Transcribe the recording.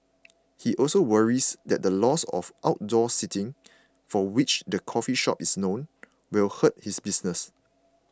he also worries that the loss of outdoor seating for which the coffee shop is known will hurt his business